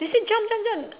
they say jump jump jump